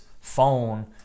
phone